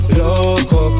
loco